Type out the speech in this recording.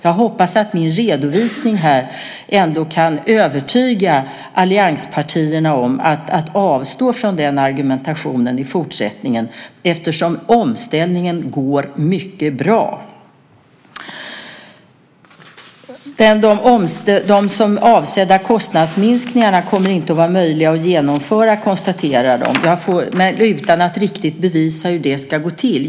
Jag hoppas att min redovisning här kan övertyga allianspartierna om att avstå från den argumentationen i fortsättningen eftersom omställningen går mycket bra. De avsedda kostnadsminskningarna kommer inte att vara möjliga att genomföra, konstaterar de - utan att riktigt leda det i bevis.